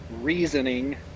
reasoning